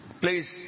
please